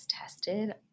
tested